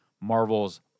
Marvel's